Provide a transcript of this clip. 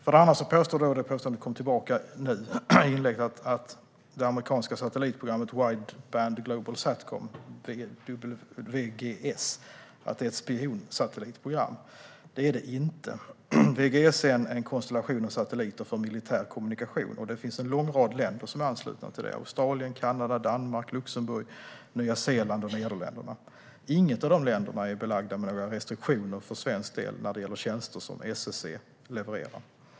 För det andra påstår Stig Henriksson, och detta påstående kom tillbaka i hans inlägg nu, att det amerikanska satellitprogrammet Wideband Global Satcom, WGS, är ett spionsatellitprogram. Det är det inte. WGS är en konstellation av satelliter för militär kommunikation, och det finns en lång rad länder som är anslutna till det - Australien, Kanada, Danmark, Luxemburg, Nya Zeeland och Nederländerna. Inga av dessa länder är belagda med några restriktioner för svensk del när det gäller tjänster som SSC levererar.